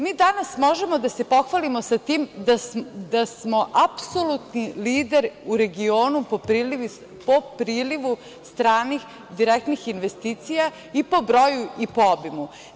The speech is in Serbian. Mi danas možemo da se pohvalimo time da smo apsolutni lider u regionu po prilivu stranih direktnih investicija, i po broju i po obimu.